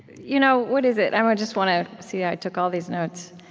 you know what is it? i just want to see, i took all these notes.